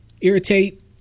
irritate